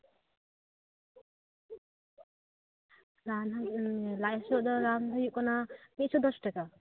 ᱞᱟᱡ ᱦᱟᱹᱥᱩᱣᱟᱜ ᱫᱚ ᱨᱟᱱ ᱫᱚ ᱦᱩᱭᱩᱜ ᱠᱟᱱᱟ ᱢᱤᱫᱥᱚ ᱫᱚᱥ ᱴᱟᱠᱟ